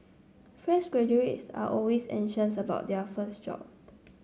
fresh graduates are always anxious about their first job